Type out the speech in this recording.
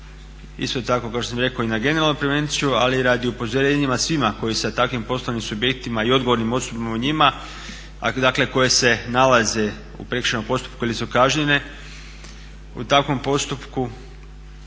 Isto tako kao što sam rekao i na generalnu prevenciju, ali i radi upozorenja svima koji sa takvim poslovnim subjektima i odgovornom osobama u njima a dakle koje se nalaze u prekršajnom postupku ili su kažnjene u takvom postupku